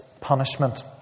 punishment